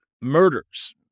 murders